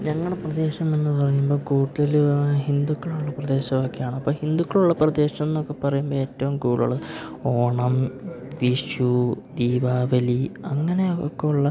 ഞങ്ങളുടെ പ്രദേശം എന്നു പറയുമ്പോൾ കൂടുതൽ ഹിന്ദുക്കളുള്ള പ്രദേശമൊക്കെയാണ് അപ്പം ഹിന്ദുക്കളുള്ള പ്രദേശമെന്നൊക്കെ പറയുമ്പം ഏറ്റവും കൂടുതൽ ഓണം വിഷു ദീപാവലി അങ്ങനെ ഒക്കെയുള്ള